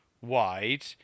wide